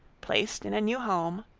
placed in a new home,